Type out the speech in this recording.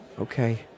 Okay